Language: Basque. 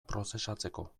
prozesatzeko